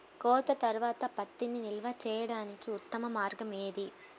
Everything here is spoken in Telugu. కోత తర్వాత పత్తిని నిల్వ చేయడానికి ఉత్తమ మార్గం ఏది?